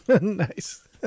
Nice